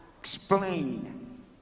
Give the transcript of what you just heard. explain